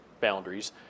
boundaries